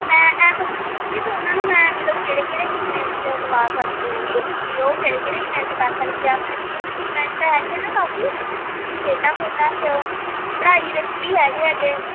ਮੈਂ ਇਹ ਪੁੱਛਦੀ ਜੀ ਉਹਨਾਂ ਨੂੰ ਮੈਂ ਮਤਲਬ ਕਿਹੜੇ ਕਿਹੜੇ ਈਵੈਂਟ 'ਚ ਲਵਾ ਸਕਦੀ ਹੈਗੀ ਵੀ ਉਹ ਕਿਹੜੇ ਕਿਹੜੇ ਈਵੈਂਟ ਕਰ ਸਕਦੀ ਆ ਆਪਣੇ ਸਕੂਲ 'ਚ ਈਵੈਂਟ ਤਾਂ ਹੈਗੇ ਆ ਨਾ ਕਾਫੀ ਖੇਡਾ ਖੁੱਡਾਂ 'ਚ ਪੜ੍ਹਾਈ ਵਿੱਚ ਵੀ ਹੈਗੇ ਹੈਗੇ